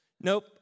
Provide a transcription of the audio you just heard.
Nope